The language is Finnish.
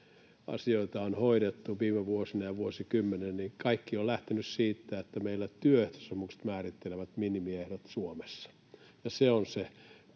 asioita on hoidettu viime vuosina ja vuosikymmeninä, niin kaikki on lähtenyt siitä, että meillä työehtosopimukset määrittelevät minimiehdot Suomessa, ja se on se